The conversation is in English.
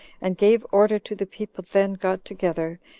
and gave order to the people then got together,